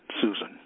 Susan